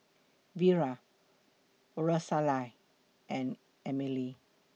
Vira Rosalia and Emile